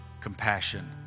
compassion